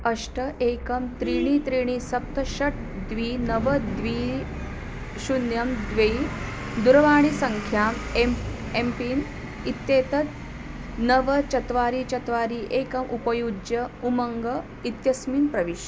अष्ट एकं त्रीणि त्रीणि सप्त षट् द्वे नव द्वे शून्यं द्वे दुरवाणीसङ्ख्याम् एम् एम्पिन् इत्येतत् नव चत्वारि चत्वारि एकम् उपयुज्य उमङ्ग इत्यस्मिन् प्रविश